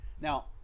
now